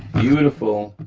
beautiful.